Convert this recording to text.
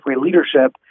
leadership